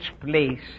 place